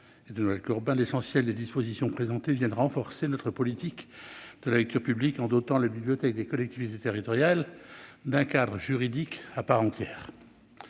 et de Noël Corbin, l'essentiel des dispositions de cette proposition de loi vient renforcer notre politique de la lecture publique, en dotant les bibliothèques des collectivités territoriales d'un cadre juridique à part entière.